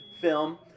film